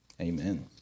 Amen